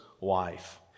wife